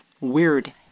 weird